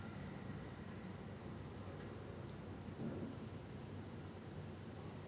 ya we can but ya that's why I think it's really good that singapore implemented the you know after ten thirty cannot drink outside